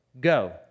go